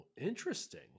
interesting